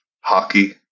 hockey